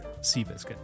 Seabiscuit